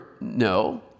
No